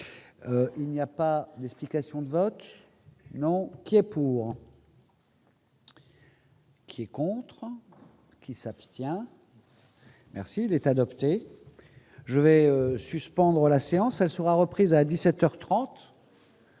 il n'y a pas d'explication de vote non qui est pour. Qui est contre qui s'abstient, merci d'être adopté, je vais suspendre la séance, elle sera reprise à 17